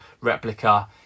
Replica